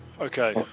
Okay